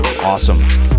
Awesome